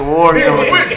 Warriors